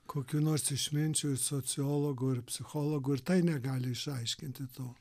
kokių nors išminčių sociologų ir psichologų ir tai negali išaiškinti to